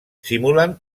simulen